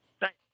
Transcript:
Thanks